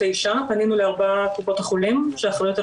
האישה פנינו לארבע קופות החולים שאחראיות על